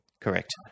Correct